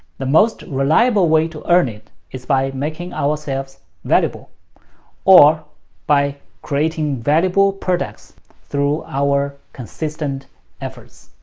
the most reliable way to earn it is by making ourselves valuable or by creating valuable products through our consistent efforts.